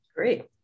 Great